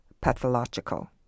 pathological